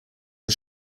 are